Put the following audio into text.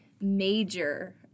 major